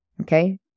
Okay